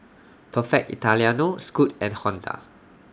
Perfect Italiano Scoot and Honda